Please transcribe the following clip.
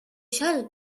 shall